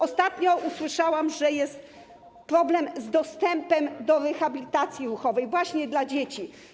Ostatnio usłyszałam, że jest problem z dostępem do rehabilitacji ruchowej, właśnie dla dzieci.